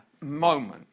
moment